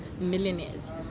millionaires